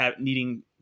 needing